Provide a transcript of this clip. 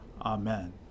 Amen